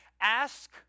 Ask